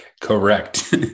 Correct